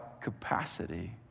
capacity